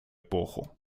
эпоху